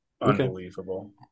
unbelievable